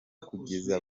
kugeza